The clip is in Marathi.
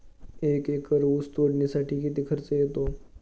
एक एकर ऊस तोडणीसाठी किती खर्च येतो?